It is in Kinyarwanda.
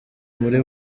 muri